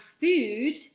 food